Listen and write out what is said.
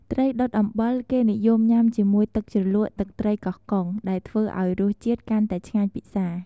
ត្រីដុតអំបិល គេនិយមញ៉ាំជាមួយទឹកជ្រលក់ទឹកត្រីកោះកុង ដែលធ្វើឱ្យរសជាតិកាន់តែឆ្ងាញ់ពិសា។